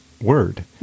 word